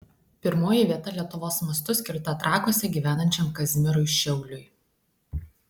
pirmoji vieta lietuvos mastu skirta trakuose gyvenančiam kazimierui šiauliui